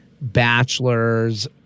bachelors